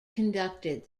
conducted